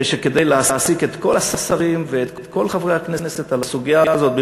כדי להעסיק את כל השרים ואת כל חברי הכנסת על הסוגיה הזאת,